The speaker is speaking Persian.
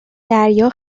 دریا